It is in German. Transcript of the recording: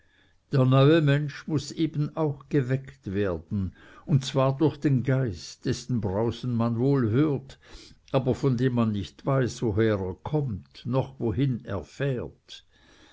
der neue mensch muß eben auch geweckt werden und zwar durch den geist dessen brausen man wohl hört aber von dem man nicht weiß woher er kommt noch wohin er fährt